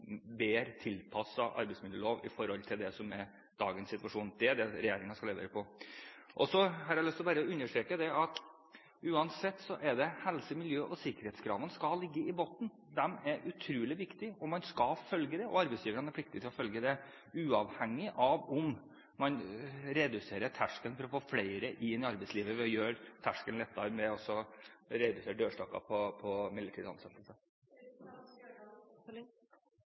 bedre tilpasset arbeidsmiljølov i forhold til det som er dagens situasjon. Det er det regjeringen skal levere på. Jeg har lyst til å understreke at uansett er det helse-, miljø- og sikkerhetskravene som skal ligge i bunn. De er utrolig viktige. Man skal følge dem, og arbeidsgiverne er pliktige til å følge dem, uavhengig av om man reduserer terskelen for å få flere inn i arbeidslivet ved å gjøre terskelen lavere, ved å senke dørstokken for midlertidig ansettelse.